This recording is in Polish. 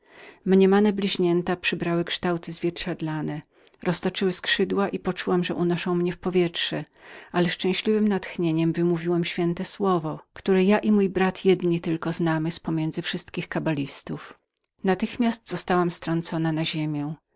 mniemane bliźnięta przybrały kształty zwierciadlane i roztoczyły skrzydła czułam że unosiły mnie w powietrze ale szczęśliwem natchnieniem wymówiłam święte słowo które ja i mój brat sami tylko znamy z pomiędzy wszystkich kabalistów natychmiast zostałam